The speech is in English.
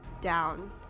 down